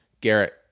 Garrett